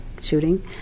shooting